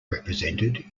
represented